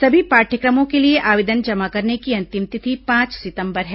सभी पाठयक्रमों के लिए आवेदन जमा करने की अंतिम तिथि पांच सितंबर है